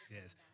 Yes